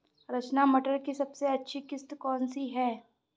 रचना मटर की सबसे अच्छी किश्त कौन सी है?